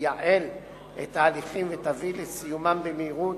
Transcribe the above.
תייעל את ההליכים ותביא לסיומם במהירות,